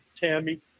Tammy